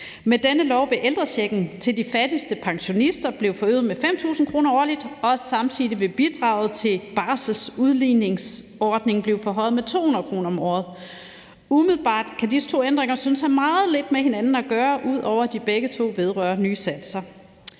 Med dette lovforslag vil ældrechecken til de fattigste pensionister blive forøget med 5.000 kr. årligt, og samtidig vil bidraget til barselsudligningsordningen blive forhøjet med 200 kr. om året. Umiddelbart kan disse to ændringer synes at have meget lidt med hinanden at gøre, ud over at de begge to vedrører nye satser.